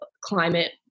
climate